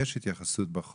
יש התייחסות בחוק.